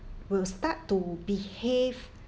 will start to behave